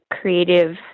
creative